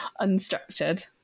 unstructured